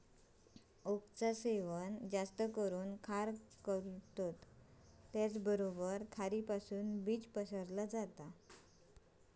ओकचा सेवन जास्त करून खार करता त्याचबरोबर खारीपासुन बीज पसरला जाता